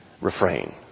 refrain